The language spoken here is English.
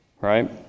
right